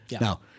Now